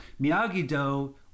Miyagi-Do